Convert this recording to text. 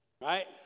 Right